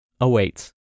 awaits